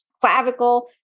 clavicle